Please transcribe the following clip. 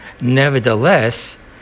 nevertheless